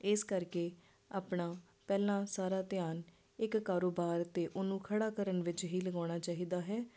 ਇਸ ਕਰਕੇ ਆਪਣਾ ਪਹਿਲਾਂ ਸਾਰਾ ਧਿਆਨ ਇੱਕ ਕਾਰੋਬਾਰ 'ਤੇ ਉਹਨੂੰ ਖੜ੍ਹਾ ਕਰਨ ਵਿੱਚ ਹੀ ਲਗਾਉਣਾ ਚਾਹੀਦਾ ਹੈ